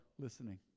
listening